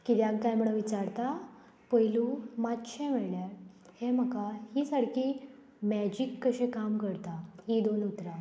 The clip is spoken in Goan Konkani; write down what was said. किद्याक काय म्हणून विचारता पयलू मातशें म्हणल्यार हें म्हाका हीं सारकीं मॅजीक कशी काम करता हीं दोन उतरां